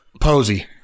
Posey